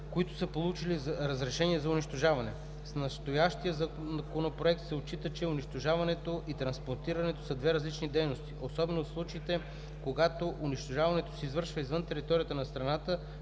които са получили разрешение за унищожаване. С настоящия законопроект се отчита, че унищожаването и транспортирането са две различни дейности, особено в случаите, когато унищожаването се извършва извън територията на страната,